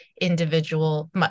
individual